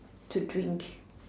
to drink